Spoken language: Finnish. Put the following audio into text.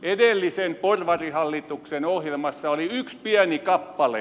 edellisen porvarihallituksen ohjelmassa oli yksi pieni kappale